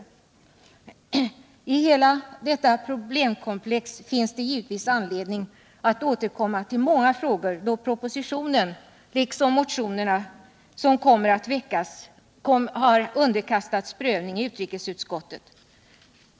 När det gäller hela detta problemkomplex finns det givetvis anledning att återkomma till många frågor då propositionen, liksom motionerna som väcks med anledning av denna, har underkastats prövning i utrikesutskottet.